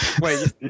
wait